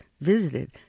visited